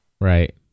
Right